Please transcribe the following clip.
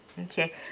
Okay